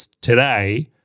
today